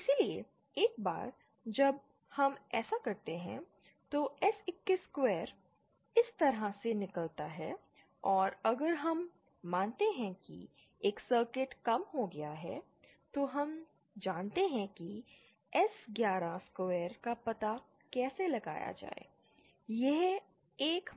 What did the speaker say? इसलिए एक बार जब हम ऐसा करते हैं तो S21 स्क्वायर इस तरह से निकलता है और अगर हम मानते हैं कि एक सर्किट कम हो गया है तो हम जानते हैं कि S11 स्क्वायर का पता कैसे लगाया जाए यह 1